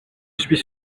suis